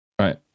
Right